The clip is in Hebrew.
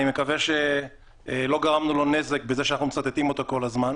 אני מקווה שלא גרמנו לו נזק בזה שאנחנו מצטטים אותו כל הזמן.